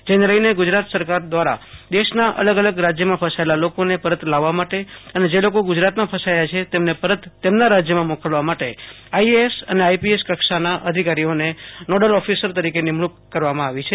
જેને લઈને ગુજરાત સરકાર દવારા દેશના અલગ અલગ રાજયમાં ફસાયેલા લોકોને પરત લાવવા માટે જે લોકો ગુજરાતમાં ફસાયા છે તેમને પર તેમના રાજયમાં મોકલવા માટે આઈએએસ અને આઈપીએસ કક્ષાના અધિકારીઓને નોડલ ઓફીસર તરીકે નિમણક કરવામાં આવી છે